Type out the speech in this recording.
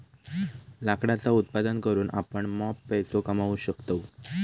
लाकडाचा उत्पादन करून आपण मॉप पैसो कमावू शकतव